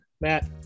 matt